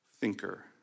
thinker